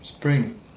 Spring